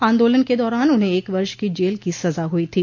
आन्दोलन के दौरान उन्हें एक वर्ष की जेल की सजा हुई थी